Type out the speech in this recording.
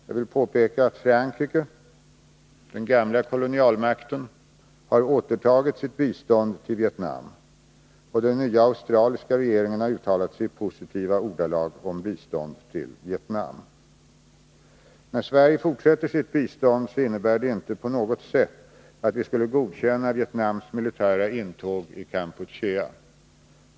Jag vill påpeka att Frankrike, den gamla kolonialmakten, har återupptagit sitt bistånd till Vietnam och att den nya australiska regeringen har uttalat sig i positiva ordalag om bistånd till Vietnam. När Sverige fortsätter sitt bistånd innebär det inte på något sätt att vi skulle godkänna Vietnams militära intåg i Kampuchea.